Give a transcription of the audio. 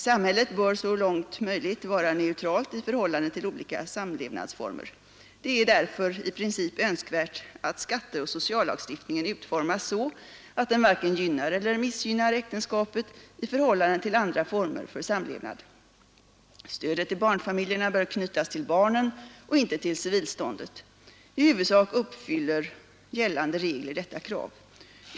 Samhället bör så långt möjligt vara neutralt i förhållande till olika samlevnadsforutformas så att den varken gynnar eller missgynnar äktenskapet i förhållande till andra former för samlevnad. Stödet till barnfamiljerna bör knytas till barnen och inte till civilståndet. I huvudsak uppfyller gällande regler detta krav.